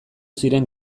ziren